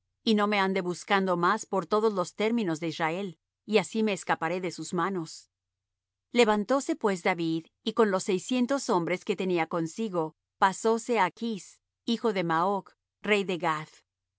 y no me ande buscando más por todos los términos de israel y así me escaparé de sus manos levantóse pues david y con los seiscientos hombres que tenía consigo pasóse á achs hijo de maoch rey de gath